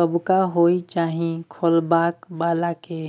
कतबा होय चाही खोलै बला के?